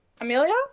Amelia